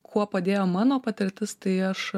kuo padėjo mano patirtis tai aš